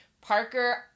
Parker